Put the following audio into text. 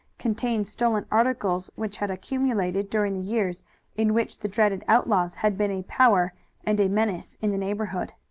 contained stolen articles which had accumulated during the years in which the dreaded outlaws had been a power and a menace in the neighborhood.